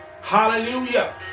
Hallelujah